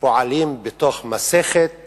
פועלים בתוך מסכת